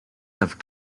have